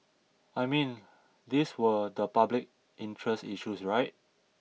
I mean these were the public interest issues right